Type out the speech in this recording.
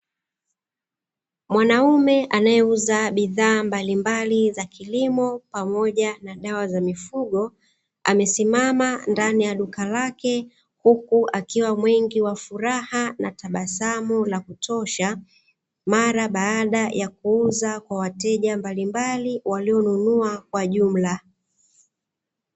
Mwanaume anayeuza bidhaa mbalimbali za kilimo pamoja na dawa za mifugo, amesimama ndani ya duka lake huku akiwa mwingi wa furaha na tabasamu la kutosha, mara baada ya kuuza kwa wateja mbalimbali walionunua kwa jumla.